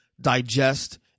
digest